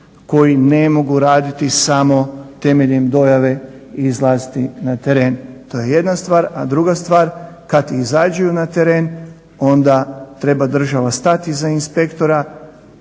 koji ne mogu raditi samo temeljem dojave i izlaziti na teren. To je jedna stvar. A druga stvar, kad i izađu na teren onda treba država stati iza inspektora,